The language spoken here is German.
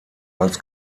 als